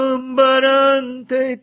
Ambarante